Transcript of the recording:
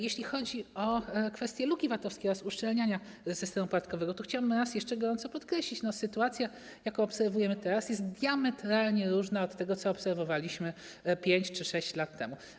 Jeśli chodzi o kwestie luki VAT-owskiej oraz uszczelniania systemu podatkowego, to chciałbym raz jeszcze gorąco podkreślić, że sytuacja, jaką obserwujemy teraz, jest diametralnie różna od tego, co obserwowaliśmy 5 czy 6 lat temu.